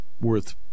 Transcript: worth